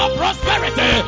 prosperity